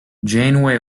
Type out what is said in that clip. janeway